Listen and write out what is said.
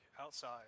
outside